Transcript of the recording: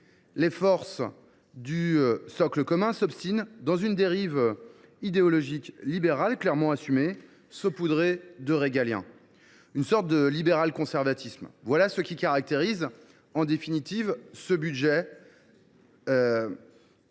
à poursuivre leur politique, dans une dérive idéologique libérale clairement assumée, saupoudrée de régalien, une sorte de libéral conservatisme. Voilà ce qui caractérise en définitive ce budget,